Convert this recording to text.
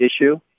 issue